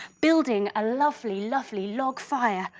building a lovely lovely log fire.